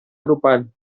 grupal